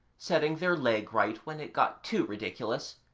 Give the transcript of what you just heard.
setting their leg right when it got too ridiculous,